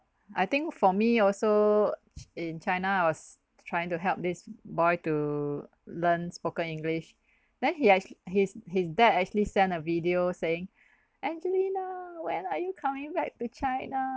I think for me also in china I was trying to help this boy to learn spoken english then he actually his his dad actually sent a video saying angelina when are you coming back to china